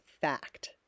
fact